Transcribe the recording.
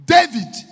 David